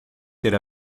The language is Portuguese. ter